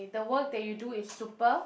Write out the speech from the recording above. if the work that you do is super